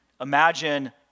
Imagine